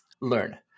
learn